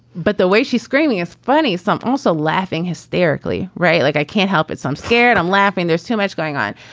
but the way she's screaming is funny. some also laughing hysterically. right. like, i can't help it. i'm scared. i'm laughing. there's too much going on.